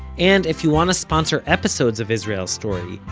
and, if you want to sponsor episodes of israel story,